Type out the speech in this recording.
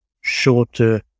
shorter